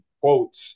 quotes